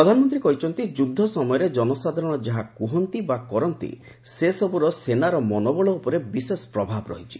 ପ୍ରଧାନମନ୍ତ୍ରୀ କହିଛନ୍ତି ଯୁଦ୍ଧ ସମୟରେ ଜନସାଧାରଣ ଯାହା କୁହନ୍ତି ବା କରନ୍ତି ସେସବୁର ସେନାର ମନୋବଳ ଉପରେ ବିଶେଷ ପ୍ରଭାବ ରହିଛି